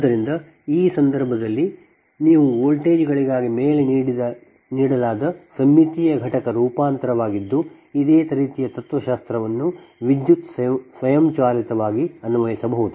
ಆದ್ದರಿಂದ ಈ ಸಂದರ್ಭದಲ್ಲಿ ನೀವು ವೋಲ್ಟೇಜ್ಗಳಿಗಾಗಿ ಮೇಲೆ ನೀಡಲಾದ ಸಮ್ಮಿತೀಯ ಘಟಕ ರೂಪಾಂತರವಾಗಿದ್ದು ಇದೇ ರೀತಿಯ ತತ್ವಶಾಸ್ತ್ರವನ್ನು ವಿದ್ಯುತ್ ಸ್ವಯಂಚಾಲಿತವಾಗಿ ಅನ್ವಯಿಸಬಹುದು